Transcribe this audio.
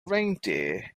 reindeer